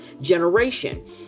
generation